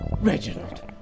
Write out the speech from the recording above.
Reginald